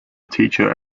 teacher